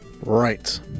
Right